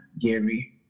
Gary